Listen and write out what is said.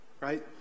right